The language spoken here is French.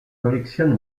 collectionne